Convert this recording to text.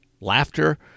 laughter